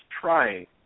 trying